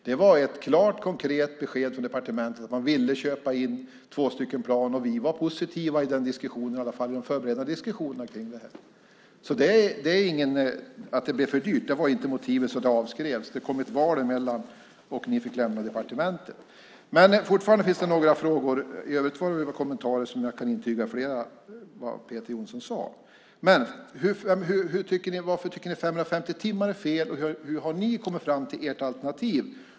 Det var ett klart, konkret besked från departementet att man ville köpa in två plan, och vi var positiva i den diskussionen, i alla fall i den förberedande diskussionen kring det här. Att det blev för dyrt var inte motivet till att det avskrevs. Det kom ett val emellan, och ni fick lämna departementet. Men det finns fortfarande några frågor. I övrigt kan jag instämma i flera av Peter Jonssons kommentarer. Varför tycker ni att 550 timmar är fel? Hur har ni kommit fram till ert alternativ?